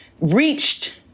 reached